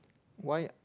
why